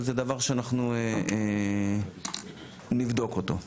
אבל זה דבר שאנחנו נבדוק אותו.